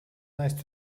nice